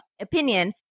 opinion